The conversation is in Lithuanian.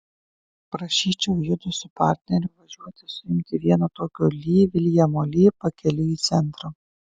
prašyčiau judu su partneriu važiuoti suimti vieno tokio li viljamo li pakeliui į centrą